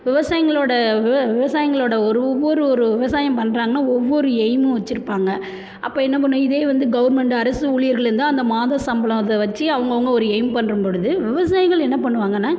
விவசாயிங்களோட விவ விவசாயிங்களோட ஒரு ஒவ்வொரு ஒரு விவசாயம் பண்றாங்கனால் ஒவ்வொரு எய்மும் வச்சிருப்பாங்க அப்போ என்ன பண்ணும் இதே வந்து கவுர்மெண்டு அரசு ஊழியர்களா இருந்தால் அந்த மாத சம்பளம் அதை வச்சி அவங்கவுங்க ஒரு எய்ம் பண்ணும் பொழுது விவசாயிகள் என்ன பண்ணுவாங்கன்னால்